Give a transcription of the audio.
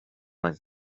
man